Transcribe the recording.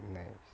nice